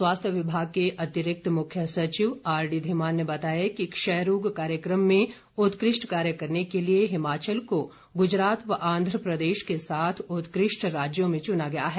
स्वास्थ्य विभाग के अतिरिक्त मुख्य सचिव आरडीधीमान ने बताया कि क्षय रोग कार्यक्रम में उत्कृष्ट कार्य करने के लिए हिमाचल को गूजरात व आन्ध्र प्रदेश के साथ उत्कृष्ट राज्यों में चुना गया है